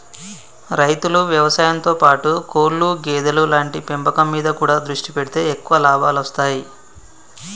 రైతులు వ్యవసాయం తో పాటు కోళ్లు గేదెలు లాంటి పెంపకం మీద కూడా దృష్టి పెడితే ఎక్కువ లాభాలొస్తాయ్